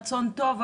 רצון טוב,